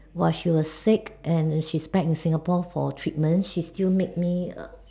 while she was sick and she's back in Singapore for treatment she still make me a